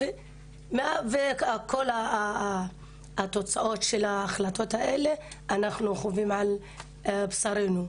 ואת כל התוצאות של ההחלטות האלה אנחנו חווים על בשרנו.